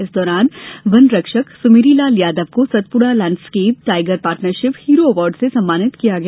इस दौरान वन रक्षक Sumerilal Yadav Satpura landscape tiger partnership hero award से सम्मानित किया गया